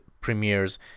premieres